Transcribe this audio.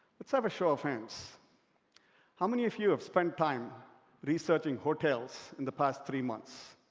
let's have a show of hands how many of you have spent time researching hotels in the past three months?